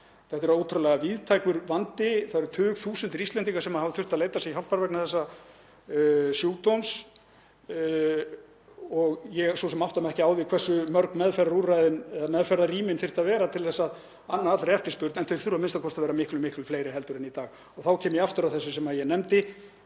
Þetta er ótrúlega víðtækur vandi. Það eru tugþúsundir Íslendinga sem hafa þurft að leita sér hjálpar vegna þessa sjúkdóms. Ég átta mig ekki á því hversu mörg meðferðarúrræðin eða meðferðarrýmin þyrftu að vera til að anna allri eftirspurn en þau þurfa a.m.k. að vera miklu fleiri heldur en í dag. Og þá kem ég aftur að þessu sem ég nefndi.